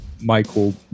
Michael